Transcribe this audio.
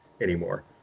anymore